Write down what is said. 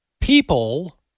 people